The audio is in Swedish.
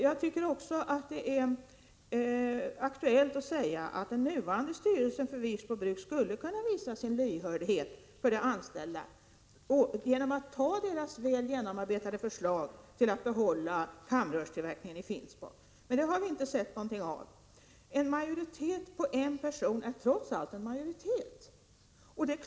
Jag tycker också det är aktuellt att säga att den nuvarande styrelsen för Wirsbo Bruks AB skulle kunna visa sin lyhördhet för de anställda genom att anta de anställdas väl genomarbetade förslag till att behålla kamrörstillverkningen i Finspång. Men det har vi inte sett någonting av. En majoritet på en person är trots allt en majoritet.